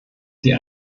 sie